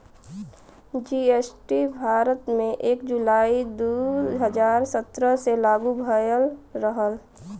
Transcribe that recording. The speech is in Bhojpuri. जी.एस.टी भारत में एक जुलाई दू हजार सत्रह से लागू भयल रहल